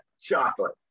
chocolate